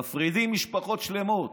מפרידים משפחות שלמות.